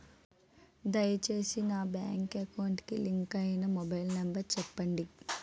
దయచేసి నా bank account కి లింక్ అయినా మొబైల్ నంబర్ చెప్పండి